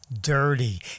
dirty